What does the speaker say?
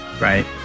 Right